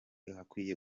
akwiye